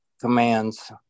commands